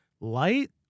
light